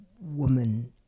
woman